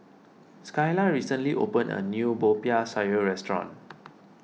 Skyla recently opened a new Popiah Sayur restaurant